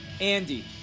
Andy